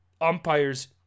umpires